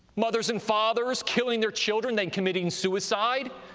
mothers and fathers killing their children, then committing suicide.